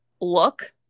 look